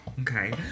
Okay